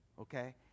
Okay